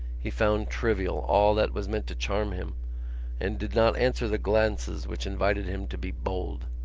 he found trivial all that was meant to charm him and did not answer the glances which invited him to be bold.